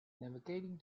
navigating